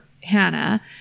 Hannah